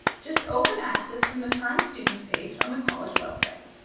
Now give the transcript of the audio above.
just open acsis from the current students page on the college website,